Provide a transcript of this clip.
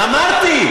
אמרתי.